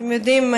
אתם יודעים,